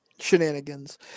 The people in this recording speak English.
shenanigans